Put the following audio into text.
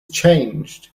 changed